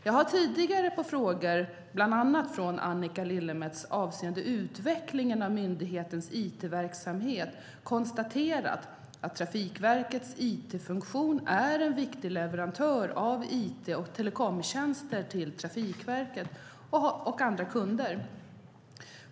Jag har tidigare på frågor, bland annat från Annika Lillemets, avseende utvecklingen av myndighetens it-verksamhet konstaterat att Trafikverkets it-funktion är en viktig leverantör av it och telekomtjänster till Trafikverket och andra kunder.